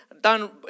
done